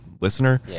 listener